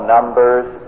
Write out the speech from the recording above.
Numbers